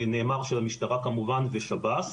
נאמר שהמשטרה כמובן ושב"ס.